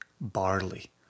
barley